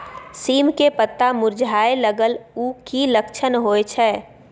सीम के पत्ता मुरझाय लगल उ कि लक्षण होय छै?